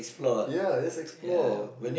ya just explore yeah